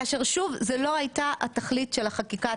כאשר שוב זאת לא הייתה תכלית החקיקה.